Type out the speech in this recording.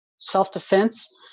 Self-defense